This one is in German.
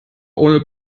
ohne